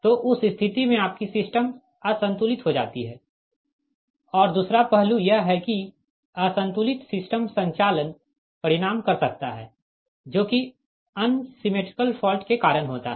तो उस स्थिति में आपकी सिस्टम असंतुलित हो जाती है और दूसरा पहलू यह है की असंतुलित सिस्टम संचालन परिणाम कर सकता है जो कि अनसिमेट्रिकल फॉल्ट के कारण होता है